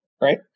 right